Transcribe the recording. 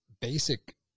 basic